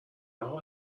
اقا